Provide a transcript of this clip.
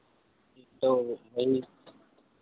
तो भाई